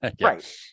right